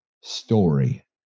story